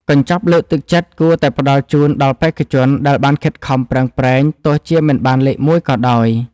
កញ្ចប់លើកទឹកចិត្តគួរតែផ្ដល់ជូនដល់បេក្ខជនដែលបានខិតខំប្រឹងប្រែងទោះជាមិនបានលេខមួយក៏ដោយ។